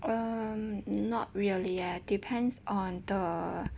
um not really eh depends on the